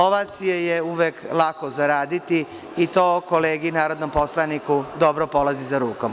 Ovacije je uvek lako zaraditi i to kolegi narodnom poslaniku dobro polazi za rukom.